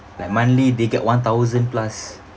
like monthly they get one thousand plus